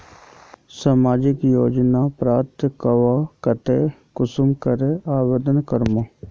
सामाजिक योजना प्राप्त करवार केते कुंसम करे आवेदन करूम?